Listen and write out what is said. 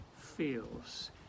feels